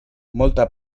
molta